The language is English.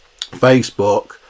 Facebook